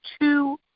two